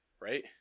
Right